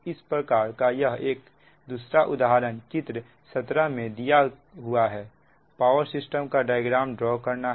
तो इस प्रकार का यह एक दूसरा उदाहरण है चित्र 17 में दिखाए हुए पावर सिस्टम का डायग्राम ड्रा करें